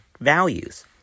values